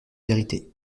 vérité